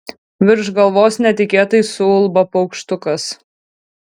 virš galvos netikėtai suulba paukštukas